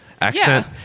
Accent